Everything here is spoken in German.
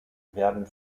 werden